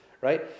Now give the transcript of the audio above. right